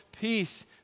peace